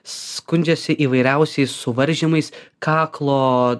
skundžiasi įvairiausiais suvaržymais kaklo